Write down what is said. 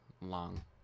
Long